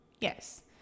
yes